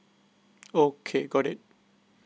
okay got it